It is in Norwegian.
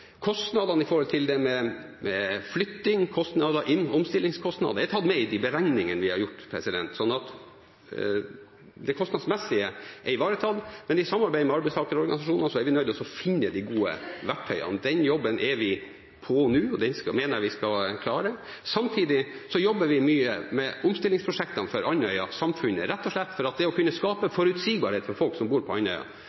flytting, kostnader inn og omstillingskostnader er tatt med i de beregningene vi har gjort, så det kostnadsmessige er ivaretatt. Men i samarbeid med arbeidstakerorganisasjonene er vi nødt til å finne de gode verktøyene. Den jobben er vi i gang med nå, og det mener jeg vi skal klare. Samtidig jobber vi mye med omstillingsprosjektene for Andøya-samfunnet, rett og slett for å kunne skape